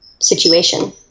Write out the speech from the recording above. situation